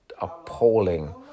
appalling